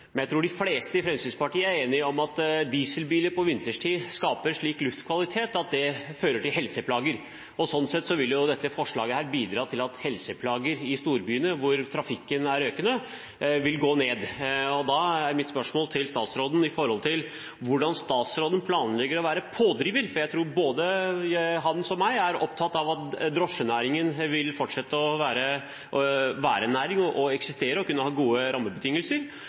men at de ikke er menneskeskapte. Jeg tror de fleste i Fremskrittspartiet er enige om at dieselbiler på vinterstid skaper luftkvalitet som fører til helseplager. Sånn sett vil dette forslaget bidra til at helseplager i storbyene, hvor trafikken er økende, vil gå ned. Da er mitt spørsmål til statsråden: Hvordan planlegger statsråden å være pådriver? Jeg tror at han som jeg er opptatt av at drosjenæringen skal fortsette å være en næring, eksistere og kunne ha gode rammebetingelser.